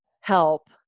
help